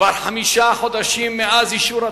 כבר חמישה חודשים מאז אישור התקציב,